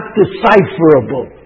decipherable